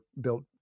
built